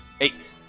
eight